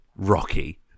rocky